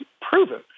proven